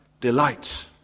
delight